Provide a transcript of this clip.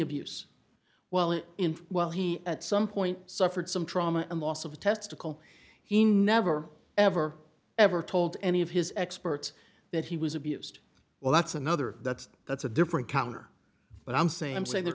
abuse well and in well he at some point suffered some trauma and loss of testicle he never ever ever told any of his experts that he was abused well that's another that's that's a different counter but i'm saying i'm saying th